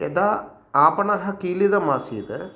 यदा आपणः कीलितमासीत्